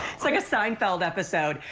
it's like a seinfeld episode.